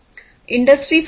industry 4